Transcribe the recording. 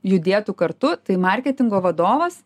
judėtų kartu tai marketingo vadovas